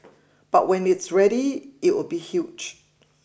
but when it's ready it'll be huge